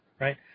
Right